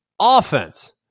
offense